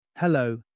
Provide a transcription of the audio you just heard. Hello